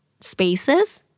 spaces